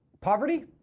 poverty